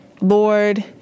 Lord